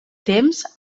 temps